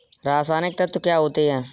रसायनिक तत्व क्या होते हैं?